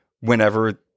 whenever